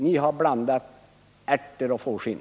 Ni har blandat ärter och fårskinn.